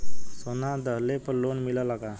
सोना दहिले पर लोन मिलल का?